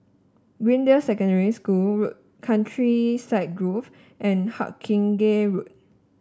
Greendale Secondary School Road Countryside Grove and Hawkinge Road